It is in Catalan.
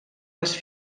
les